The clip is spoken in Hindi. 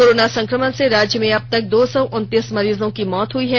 कोरोना संकमण से राज्य में अब तक दो सौ उन्नतीस मरीजों की मौत हुई है